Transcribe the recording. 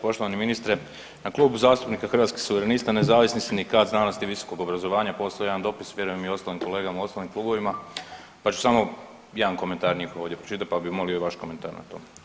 Poštovani ministre, Klub zastupnika Hrvatskih suverenista Nezavisni sindikat znanosti i visokog obrazovanja poslao jedan dopis vjerujem i ostalim kolegama u ostalim klubovima pa ću samo jedan komentar njihov ovdje pročitat pa bi molio vaš komentar na to.